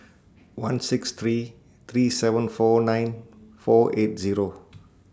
one six three three seven four nine four eight Zero